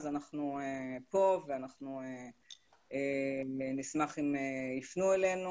אז אנחנו פה ואנחנו נשמח אם יפנו אלינו,